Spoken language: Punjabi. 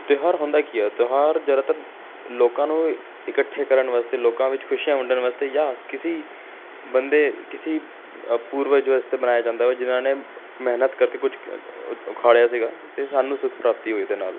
ਤਿਉਹਾਰ ਹੁੰਦਾ ਕੀ ਆ ਤਿਉਹਾਰ ਜ਼ਿਆਦਾਤਰ ਲੋਕਾਂ ਨੂੰ ਇਕੱਠੇ ਕਰਨ ਵਾਸਤੇ ਲੋਕਾਂ ਵਿੱਚ ਖੁਸ਼ੀਆਂ ਵੰਡਣ ਵਾਸਤੇ ਜਾਂ ਕਿਸੀ ਬੰਦੇ ਕਿਸੀ ਪੂਰਵਜ ਵਾਸਤੇ ਮਨਾਇਆ ਜਾਂਦਾ ਵਾ ਜਿਹਨਾਂ ਨੇ ਮਿਹਨਤ ਕਰਕੇ ਕੁਝ ਉਖਾੜਿਆ ਸੀਗਾ ਅਤੇ ਸਾਨੂੰ ਸੁਖ ਪ੍ਰਾਪਤੀ ਹੋਈ ਉਹਦੇ ਨਾਲ